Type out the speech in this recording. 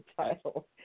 title